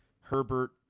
Herbert